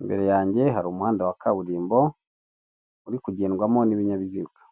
Imbere yanjye hari umuhanda wa kaburimbo uri kugendwamo n'ibinyabiziga